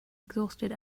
exhausted